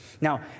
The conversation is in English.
Now